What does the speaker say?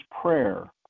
prayer